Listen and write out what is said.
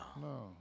No